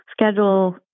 schedule